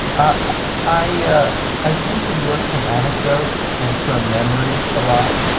ah i i tend to work from anecdote and from memory a lot.